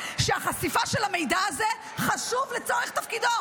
שהחשיפה של המידע הזה חשובה לצורך תפקידו,